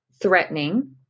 threatening